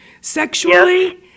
sexually